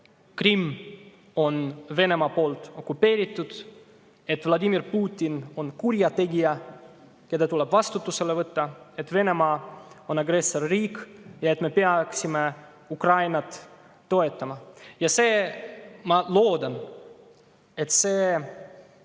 et Venemaa on selle okupeerinud, et Vladimir Putin on kurjategija, kes tuleb vastutusele võtta, et Venemaa on agressorriik ja et me peaksime Ukrainat toetama. Ma loodan, see